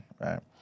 right